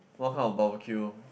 what kind of barbeque